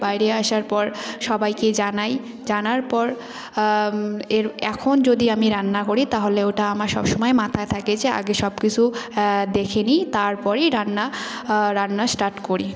বাইরে আসার পর সবাইকে জানাই জানার পর এর এখন যদি আমি রান্না করি তাহলে ওটা আমার সবসময় মাথায় থাকে যে আগে সবকিছু দেখে নিই তারপরই রান্না রান্না স্টার্ট করি